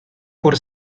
por